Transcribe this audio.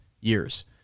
Years